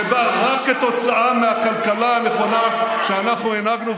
זה בא רק כתוצאה מהכלכלה הנכונה שאנחנו הנהגנו,